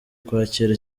kwakira